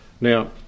Now